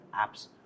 apps